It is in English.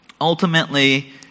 Ultimately